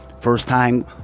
first-time